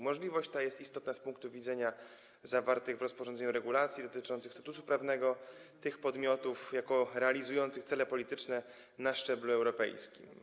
Możliwość ta jest istotna z punktu widzenia zawartych w rozporządzeniu regulacji dotyczących statusu prawnego tych podmiotów jako realizujących cele polityczne na szczeblu europejskim.